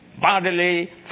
bodily